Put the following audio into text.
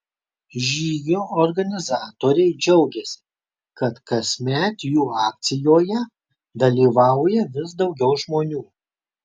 žygio organizatoriai džiaugiasi kad kasmet jų akcijoje dalyvauja vis daugiau žmonių